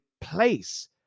place